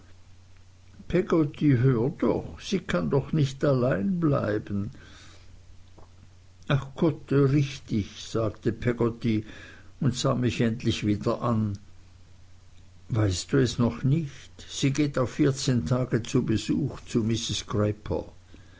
hör doch sie kann doch nicht allein bleiben ach gott richtig sagte peggotty und sah mich endlich wieder an weißt du es noch nicht sie geht auf vierzehn tage auf besuch zu mrs grayper